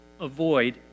Avoid